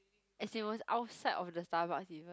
as in was outside of the Starbucks even